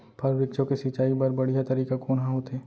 फल, वृक्षों के सिंचाई बर बढ़िया तरीका कोन ह होथे?